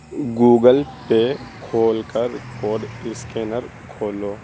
Google پے کھول کر کوڈ اسکینر کھولو